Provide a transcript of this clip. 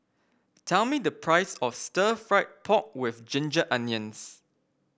tell me the price of Stir Fried Pork with Ginger Onions